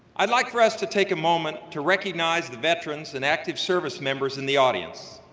i'd like for us to take a moment to recognize the veterans and active service members in the audience.